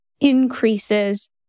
increases